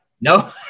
No